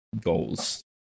goals